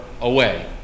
away